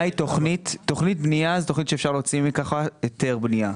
תוכנית בנייה זו תוכנית שאפשר להוציא מכוחה היתר בנייה.